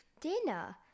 dinner